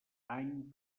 any